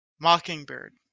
Mockingbird